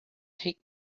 take